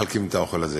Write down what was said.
האוכל הזה